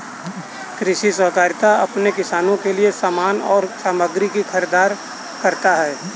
कृषि सहकारिता अपने किसानों के लिए समान और सामग्री की खरीदारी करता है